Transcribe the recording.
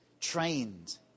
trained